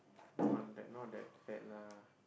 on the not that bad lah